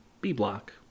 B-Block